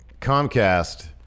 Comcast